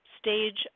stage